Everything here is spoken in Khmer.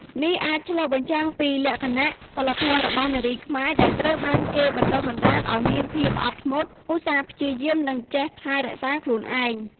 នេះអាចឆ្លុះបញ្ចាំងពីលក្ខណៈសីលធម៌របស់នារីខ្មែរ ដែលត្រូវបានគេបណ្ដុះបណ្ដាលឱ្យមានភាពអត់ធ្មត់ ឧស្សាហ៍ព្យាយាម និងចេះថែរក្សាខ្លួនឯង។